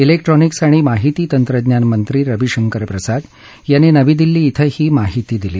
electronics आणि माहिती तंत्रज्ञान मंत्री रवी शंकर प्रसाद यांनी नवी दिल्ली इथं ही माहिती दिली